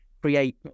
create